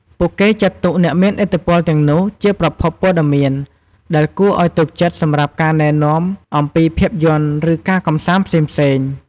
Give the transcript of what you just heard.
ពួកគេចាត់ទុកអ្នកមានឥទ្ធិពលទាំងនោះជាប្រភពព័ត៌មានដែលគួរឱ្យទុកចិត្តសម្រាប់ការណែនាំអំពីភាពយន្ត ឬការកម្សាន្តផ្សេងៗ។